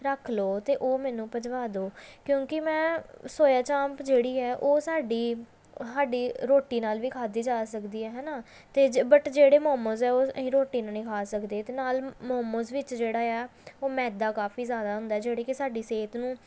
ਰੱਖ ਲਓ ਅਤੇ ਉਹ ਮੈਨੂੰ ਭੇਜ ਵਾ ਦਿਓ ਕਿਉਂਕਿ ਮੈਂ ਸੋਇਆ ਚਾਮ ਜਿਹੜੀ ਹੈ ਉਹ ਸਾਡੀ ਸਾਡੀ ਰੋਟੀ ਨਾਲ ਵੀ ਖਾਧੀ ਜਾ ਸਕਦੀ ਹੈ ਹੈ ਨਾ ਅਤੇ ਬਟ ਜਿਹੜੇ ਮੋਮੋਜ਼ ਆ ਉਹ ਅਸੀਂ ਰੋਟੀ ਨਾਲ ਨਹੀਂ ਖਾ ਸਕਦੇ ਅਤੇ ਨਾਲ ਮੋਮੋਜ਼ ਵਿੱਚ ਜਿਹੜਾ ਆ ਉਹ ਮੈਦਾ ਕਾਫੀ ਜ਼ਿਆਦਾ ਹੁੰਦਾ ਜਿਹੜੇ ਕਿ ਸਾਡੀ ਸਿਹਤ ਨੂੰ